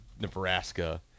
Nebraska